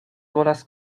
volas